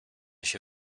się